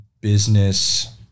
business